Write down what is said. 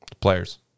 players